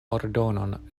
ordonon